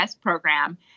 program